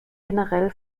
generell